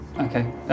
Okay